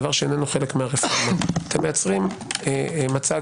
דבר שאינו חלק- -- אתם מייצרים מצג